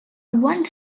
one